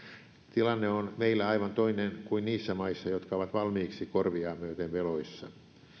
tilanne on meillä aivan toinen kuin niissä maissa jotka ovat valmiiksi korviaan myöten veloissa